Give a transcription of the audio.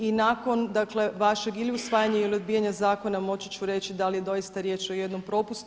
I nakon, dakle vašeg ili usvajanja ili odbijanja zakona moći ću reći da li je doista riječ o jednom propustu.